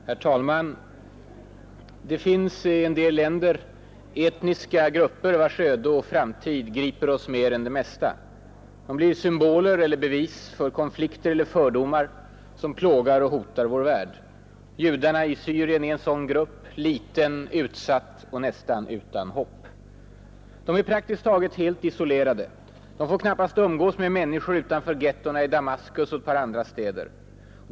Herr talman! Det finns i en del länder etniska grupper, vilkas öde och framtid griper oss mer än det mesta. De blir symboler eller bevis för konflikter eller fördomar som plågar och hotar vår värld. Judarna i Syrien är en sådan grupp: liten, utsatt och nästan utan hopp. De är praktiskt taget helt isolerade. De får knappast umgås med människor utanför gettona i Damaskus och ett par andra städer.